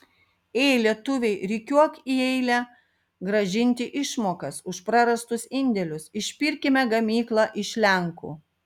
ė lietuviai rikiuok į eilę grąžinti išmokas už prarastus indėlius išpirkime gamyklą iš lenkų